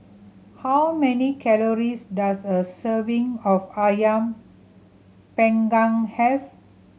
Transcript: how many calories does a serving of Ayam Panggang have